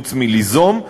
חוץ מליזום,